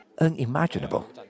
unimaginable